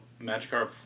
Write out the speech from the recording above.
Magikarp